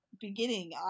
beginning